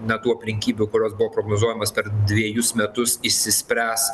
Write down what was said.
na tų aplinkybių kurios buvo prognozuojamos per dvejus metus išsispręs